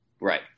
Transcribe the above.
Right